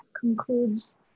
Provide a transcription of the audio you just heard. concludes